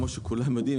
כמו שכולם יודעים,